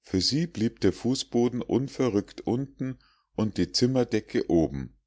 für sie blieb der fußboden unverrückt unten und die zimmerdecke oben